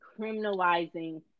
criminalizing